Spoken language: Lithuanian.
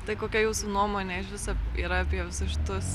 tai kokia jūsų nuomonė iš viso yra apie visus šitus